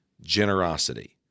generosity